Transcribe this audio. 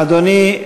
אם בתוך דקה, אדוני,